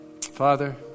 Father